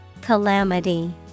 Calamity